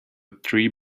tree